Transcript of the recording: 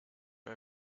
our